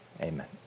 amen